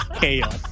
chaos